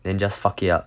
then just fuck it up